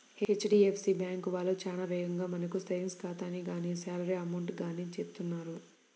HDFC bank వాళ్ళు చాలా వేగంగా మనకు సేవింగ్స్ ఖాతాని గానీ శాలరీ అకౌంట్ ని గానీ తెరుస్తారు